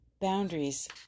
Boundaries